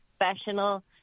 professional